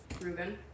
reuben